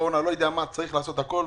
צריך לעשות הכול.